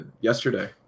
yesterday